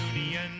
union